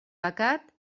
pecat